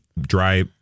dry